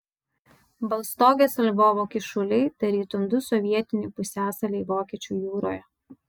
baltstogės ir lvovo kyšuliai tarytum du sovietiniai pusiasaliai vokiečių jūroje